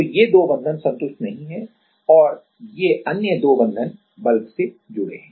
तो ये 2 बंधन संतुष्ट नहीं हैं और ये अन्य 2 बंधन बल्क से जुड़े हैं